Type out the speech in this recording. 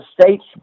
states